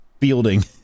fielding